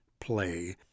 play